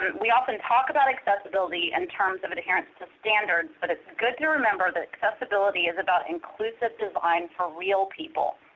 we often talk about accessibility in and terms of adherence to standards, but it's good to remember that accessibility is about inclusive design for real people,